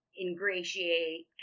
ingratiate